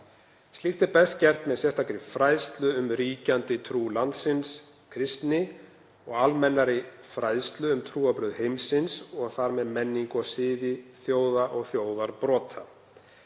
Slíkt er best gert með sérstakri fræðslu um ríkjandi trú landsins, kristni, og almennri fræðslu um trúarbrögð heimsins og þar með menningu og siði þjóða og þjóðarbrota.